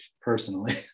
personally